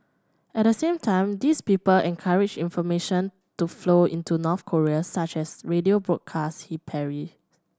at the same time these people encourage information to flow into North Korea such as radio broadcast he parry